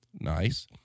Nice